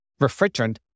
refrigerant